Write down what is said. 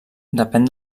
depèn